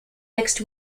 next